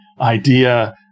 idea